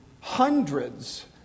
hundreds